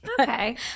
Okay